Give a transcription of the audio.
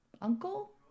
uncle